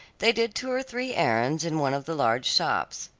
they did two or three errands in one of the large shops.